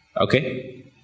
okay